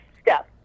step